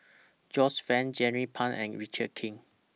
Joyce fan Jernnine Pang and Richard Kee